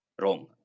wrong